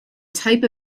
type